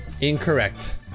incorrect